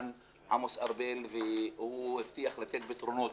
עמוס ארבל, היה כאן והוא הבטיח לתת פתרונות